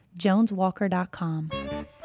JonesWalker.com